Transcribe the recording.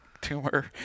tumor